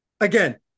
again